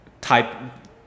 type